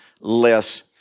less